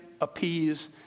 appease